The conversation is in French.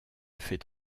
fait